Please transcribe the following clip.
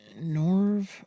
Norv